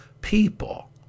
people